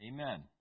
Amen